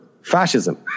fascism